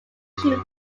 chief